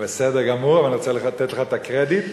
בסדר גמור, אני רוצה לתת לך את הקרדיט.